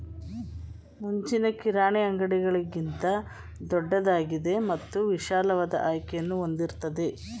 ಮುಂಚಿನ ಕಿರಾಣಿ ಅಂಗಡಿಗಳಿಗಿಂತ ದೊಡ್ದಾಗಿದೆ ಮತ್ತು ವಿಶಾಲವಾದ ಆಯ್ಕೆಯನ್ನು ಹೊಂದಿರ್ತದೆ